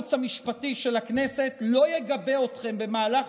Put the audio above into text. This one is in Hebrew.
שהייעוץ המשפטי של הכנסת לא יגבה אתכם במהלך